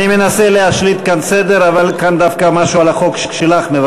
אני מנסה להשליט כאן סדר אבל כאן דווקא מבררים משהו על החוק שלך.